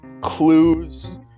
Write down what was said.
clues